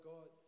God